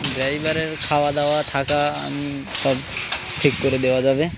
ড্রাইভারের খাওয়া দাওয়া থাকা আমি সব ঠিক করে দেওয়া যাবে